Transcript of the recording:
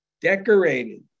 decorated